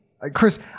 Chris